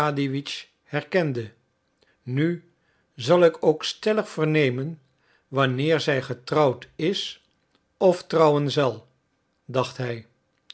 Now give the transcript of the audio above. herkende nu zal ik ook stellig vernemen wanneer zij getrouwd is of trouwen zal dacht hij